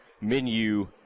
menu